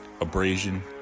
abrasion